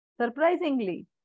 Surprisingly